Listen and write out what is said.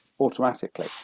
automatically